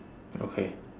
okay